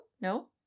No